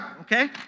okay